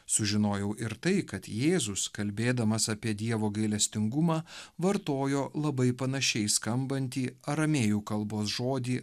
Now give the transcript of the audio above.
sužinojau ir tai kad jėzus kalbėdamas apie dievo gailestingumą vartojo labai panašiai skambantį aramėjų kalbos žodį